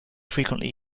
frequently